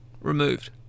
removed